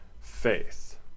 faith